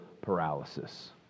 paralysis